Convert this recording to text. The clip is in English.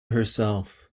herself